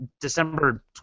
December